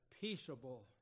peaceable